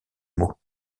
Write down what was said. mots